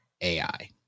AI